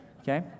Okay